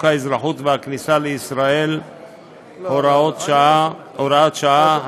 האזרחות והכניסה לישראל (הוראת שעה),